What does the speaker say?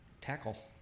tackle